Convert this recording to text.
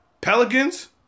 Pelicans